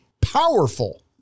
powerful